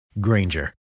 Granger